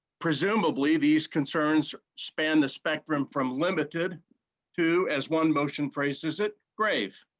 presumably these concerns span the spectrum from limited to as one motion phrases it grave.